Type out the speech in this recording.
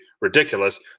ridiculous